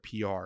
PR